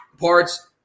parts